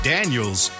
Daniels